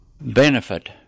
benefit